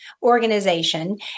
organization